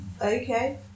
Okay